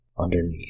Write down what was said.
Underneath